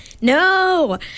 No